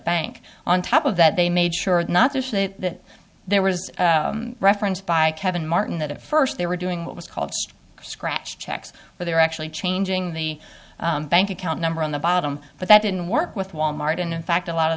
bank on top of that they made sure not to say that there was a reference by kevin martin that at first they were doing what was called scratch checks but they were actually changing the bank account number on the bottom but that didn't work with wal mart and in fact a lot of